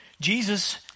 Jesus